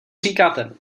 říkáte